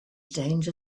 danger